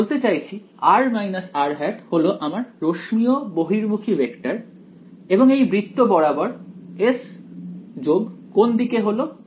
আমি বলতে চাইছি r হলো আমার রশ্মীয় বহির্মুখী ভেক্টর এবং এই বৃত্ত বরাবর s যোগ কোন দিকে হল